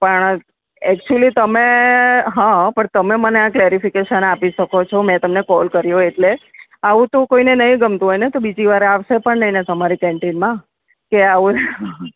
પણ એકચ્યુલી તમે હાં પણ તમે મને આ કલેરિફિકેશન આપી શકો છો કે મેં તમને કોલ કર્યો એટલે આવું તો કોઈને નહીં ગમતું હોયને તો બીજી વાર આવશે પણ નહીને તમારી કેન્ટીનમાં કે આવું હઁ